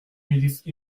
milice